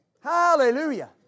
Hallelujah